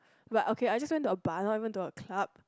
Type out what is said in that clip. but okay I just went to a bar not even to a club